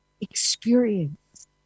experience